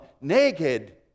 naked